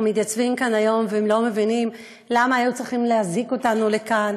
אנחנו מתייצבים כאן היום ולא מבינים למה היו צריכים להזעיק אותנו לכאן,